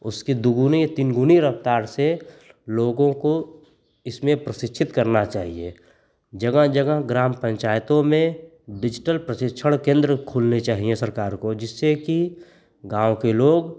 उसके दुगुने तीन गुने रफ़्तार से लोगों को इसमें प्रशिक्षित करना चाहिए जगह जगह ग्राम पंचायतों में डिजिटल प्रशिक्षण केन्द्र खुलने चाहिए सरकार को जिससे की गाँव के लोग